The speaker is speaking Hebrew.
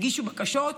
הגישו בקשות,